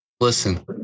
Listen